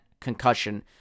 concussion